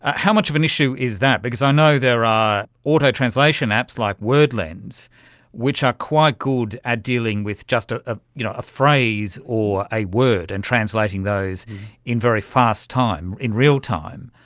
how much of an issue is that? because i know there are auto translation apps like word lens which are quite good at dealing with just ah you know a phrase or a word and translating those in very fast time, in real time.